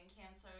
cancer